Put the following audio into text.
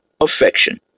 affection